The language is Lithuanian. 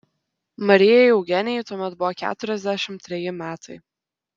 marijai eugenijai tuomet buvo keturiasdešimt treji metai